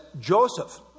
Joseph